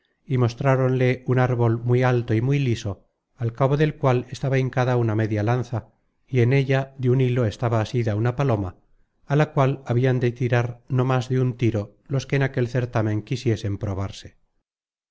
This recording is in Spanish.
y mostraronle un árbol muy alto y muy liso al cabo del cual estaba hincada una media lanza y en ella de un hilo estaba asida una paloma á la cual habian de tirar no más de un tiro los que en aquel certamen quisiesen probarse